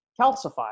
calcified